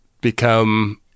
become